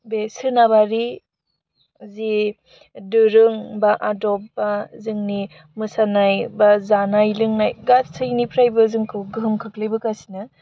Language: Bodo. बे सोनाबारि जि दोरों बा आदब बा जोंनि मोसानाय बा जानाय लोंनाय गासैनिफ्रायबो जोंखौ गोहोम खोख्लैबोगासिनो